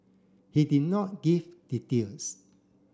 he did not give details